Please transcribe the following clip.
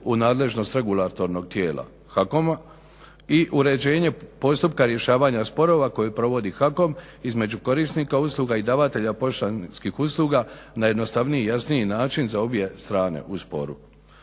u nadležnost regulatornog tijela HAKOM-a i uređenje postupka rješavanja sporova koji provodi HAKOM između korisnika usluga i davatelja poštanskih usluga na jednostavniji i jasniji način za obje strane u sporu.